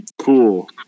Cool